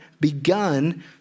begun